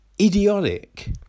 idiotic